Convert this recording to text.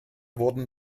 wurden